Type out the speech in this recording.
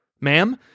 ma'am